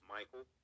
Michael